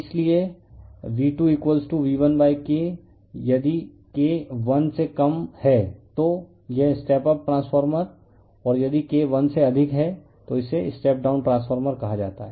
refer slide time 0752 इसलिए V2V1K यदि K one से कम है तो यह स्टेप अप ट्रांसफॉर्मर और यदि K वन से अधिक है तो इसे स्टेप डाउन ट्रांसफॉर्मर कहा जाता है